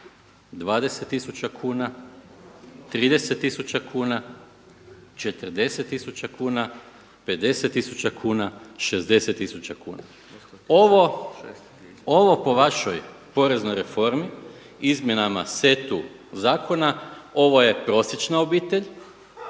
tisuća kuna, 30 tisuća kuna, 40 tisuća kuna, 50 tisuća kuna, 60 tisuća kuna. Ovo po vašoj poreznoj reformi izmjenama seta zakona ovo je prosječna obitelj,